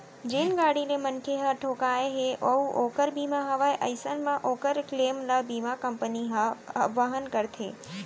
जेन गाड़ी ले मनखे ह ठोंकाय हे अउ ओकर बीमा हवय अइसन म ओकर क्लेम ल बीमा कंपनी ह वहन करथे